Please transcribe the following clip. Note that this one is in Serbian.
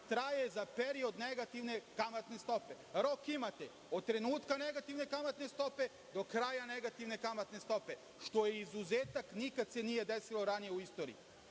traje za period negativne kamatne stope. Rok imate od trenutka negativne kamatne stope do kraja negativne kamatne stope, što je izuzetak, nikad se nije desilo ranije u istoriji. Što